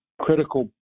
critical